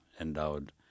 endowed